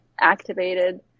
activated